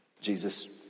Jesus